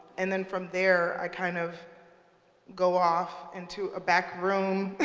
and then, from there, i kind of go off into a back room